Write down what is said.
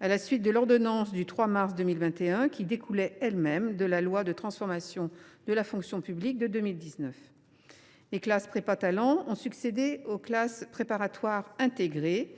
à la suite de l’ordonnance du 3 mars 2021, qui découlait elle même de la loi du 6 août 2019 de transformation de la fonction publique. Ainsi, les classes prépas Talents ont succédé aux classes préparatoires intégrées.